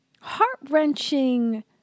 heart-wrenching